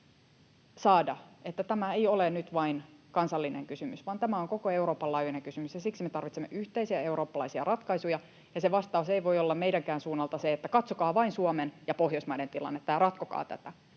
saada, että tämä ei ole nyt vain kansallinen kysymys vaan tämä on koko Euroopan laajuinen kysymys, ja siksi me tarvitsemme yhteisiä eurooppalaisia ratkaisuja. Se vastaus ei voi olla meidänkään suunnalta se, että katsokaa vain Suomen ja Pohjoismaiden tilannetta ja ratkokaa tätä,